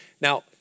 Now